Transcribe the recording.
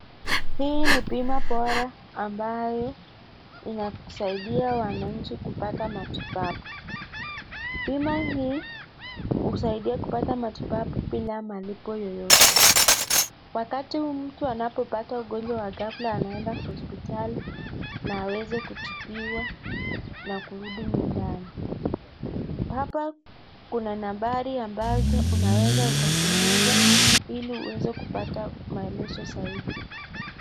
Hii ni bima bora ambayo inasaidia wananchi kupata matibabu. Bima hii husaidia kupata matibabu bila malipo yoyote. Wakati mtu anapata ugonjwa wa ghafla anaenda hospitali na aweze kutibiwa na kurudi nyumbani. Hapa kuna nambari ambazo unaweza kuzipiga ili uweze kupata maelezo zaidi.